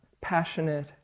passionate